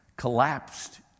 collapsed